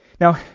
Now